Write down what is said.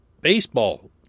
baseball